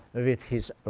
with his,